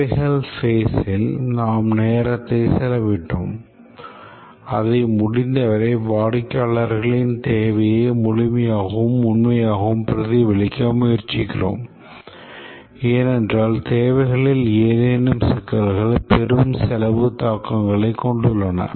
தேவைகள் பேஸில் நாம் நேரத்தை செலவிட்டோம் அதை முடிந்தவரை வாடிக்கையாளர்களின் தேவையை முழுமையாகவும் உண்மையாகவும் பிரதிபலிக்க முயற்சிக்கிறோம் ஏனென்றால் தேவைகளில் ஏதேனும் சிக்கல்கள் பெரும் செலவு தாக்கங்களைக் கொண்டுள்ளன